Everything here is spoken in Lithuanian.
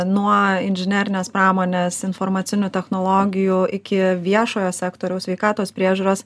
nuo inžinerinės pramonės informacinių technologijų iki viešojo sektoriaus sveikatos priežiūros